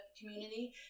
community